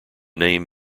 name